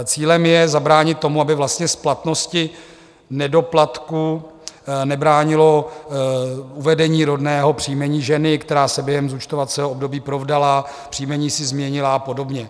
Cílem je zabránit tomu, aby vlastně splatnosti nedoplatku nebránilo uvedení rodného příjmení ženy, která se během zúčtovacího období provdala, příjmení si změnila a podobně.